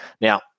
Now